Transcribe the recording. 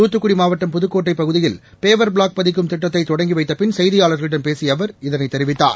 துத்துக்குடி மாவட்டம் புதுக்கோட்டை பகுதியில் paver block பதிக்கும் திட்டத்தை தொடங்கி வைத்த பின் செய்தியாளர்களிடம் பேசிய அவர் பேசினார்